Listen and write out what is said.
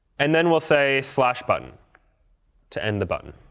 and then we'll say slash button to end the button.